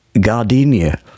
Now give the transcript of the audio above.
gardenia